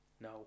no